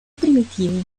primitivi